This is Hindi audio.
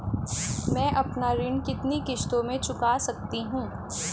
मैं अपना ऋण कितनी किश्तों में चुका सकती हूँ?